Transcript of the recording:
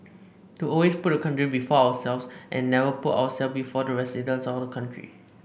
to always put the country before ourselves and never put ourselves before the residents or the country